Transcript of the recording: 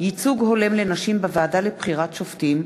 (ייצוג הולם לנשים בוועדה לבחירת שופטים),